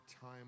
time